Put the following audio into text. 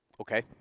Okay